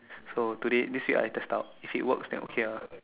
so today this week I test out if it works then okay ah